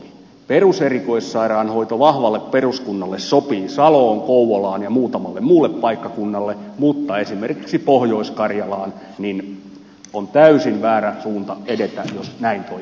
peruserikoissairaanhoito vahvalle peruskunnalle sopii saloon kouvolaan ja muutamalle muulle paikkakunnalle mutta esimerkiksi pohjois karjalassa on täysin väärä suunta edetä jos näin toimittaisiin